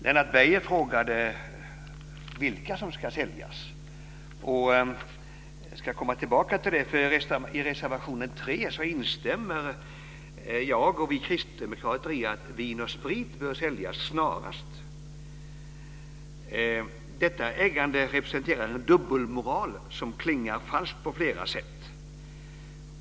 Lennart Beijer frågade vilka som ska säljas, och jag ska komma tillbaka till det. I reservation 3 instämmer nämligen jag och vi kristdemokrater i att Vin & Sprit bör säljas snarast. Detta ägande representerar en dubbelmoral som klingar falskt på flera sätt.